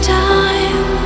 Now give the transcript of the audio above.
time